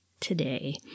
today